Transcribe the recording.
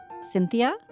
Cynthia